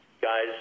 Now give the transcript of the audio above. guys